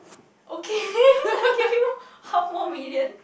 okay I give you more half more million